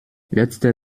letzter